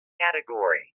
category